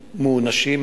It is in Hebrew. מוענשים,